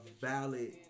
valid